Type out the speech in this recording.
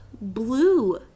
blue